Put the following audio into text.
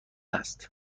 است